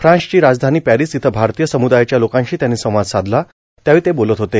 फ्रान्सची राजधानी पॅर्वरस इथं भारतीय समुदायाच्या लोकांशी त्यांनी संवाद साधला त्यावेळी ते बोलत होते